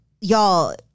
y'all